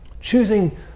Choosing